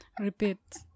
Repeat